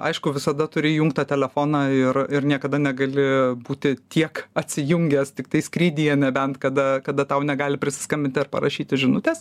aišku visada turi įjungtą telefoną ir ir niekada negali būti tiek atsijungęs tiktai skrydyje nebent kada kada tau negali prisiskambinti ar parašyti žinutės